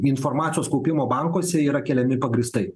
informacijos kaupimo bankuose yra keliami pagrįstai